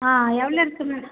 ஆ எவ்வளோ இருக்கு மேடம்